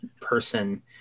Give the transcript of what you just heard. person